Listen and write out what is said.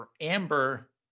amber